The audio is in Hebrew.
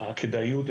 הכדאיות,